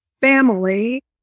family